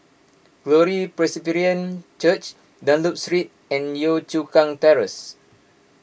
Glory Presbyterian Church Dunlop Street and Yio Chu Kang Terrace